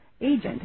agent